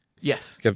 Yes